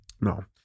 No